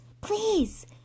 Please